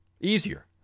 Easier